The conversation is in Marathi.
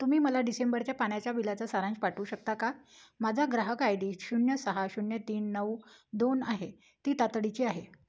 तुम्ही मला डिसेंबरच्या पाण्याच्या बिलाचा सारांश पाठवू शकता का माझा ग्राहक आय डी शून्य सहा शून्य तीन नऊ दोन आहे ती तातडीची आहे